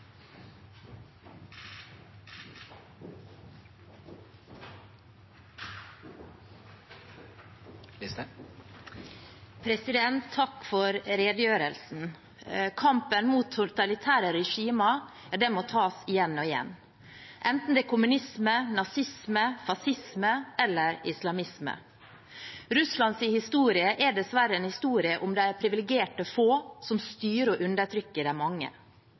Takk for redegjørelsen. Kampen mot totalitære regimer må tas igjen og igjen, enten det er kommunisme, nazisme, fascisme eller islamisme. Russlands historie er dessverre en historie om de privilegerte få som styrer og undertrykker de mange,